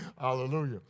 Hallelujah